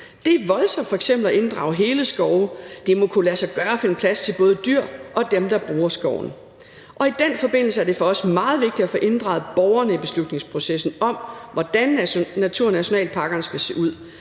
Det er voldsomt f.eks. at inddrage hele skove, og det må kunne lade sig gøre at finde plads til både dyr og dem, der bruger skoven, og i den forbindelse er det for os meget vigtigt at få inddraget borgerne i beslutningsprocessen om, hvordan naturnationalparkerne skal se ud.